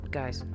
guys